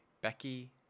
Becky